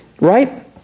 right